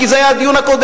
כי זה היה הדיון הקודם.